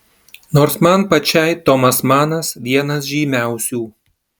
nors man pačiai tomas manas vienas žymiausių